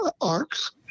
ARCs